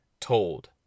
told